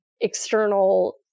external